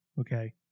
okay